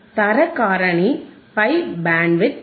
தரக் காரணி by bandwidth ஆகும்